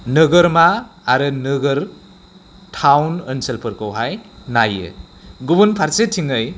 नोगोरमा आरो नोगोर टाउन ओनसोलफोरखौहाय नायो गुबुन फारसेथिंयै